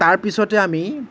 তাৰ পিছতে আমি